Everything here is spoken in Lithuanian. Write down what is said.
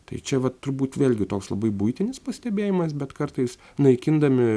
tai čia vat turbūt vėlgi toks labai buitinis pastebėjimas bet kartais naikindami